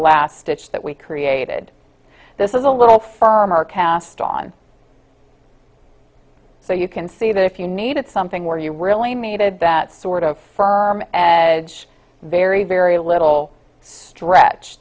last stitch that we created this is a little firmer cast on so you can see that if you needed something where you really needed that sort of firm and very very little stretch